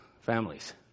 Families